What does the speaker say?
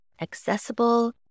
accessible